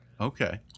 Okay